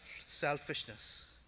selfishness